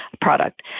product